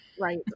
Right